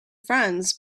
friends